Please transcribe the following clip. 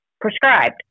prescribed